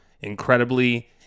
incredibly